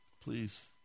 Please